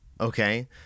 okay